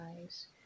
eyes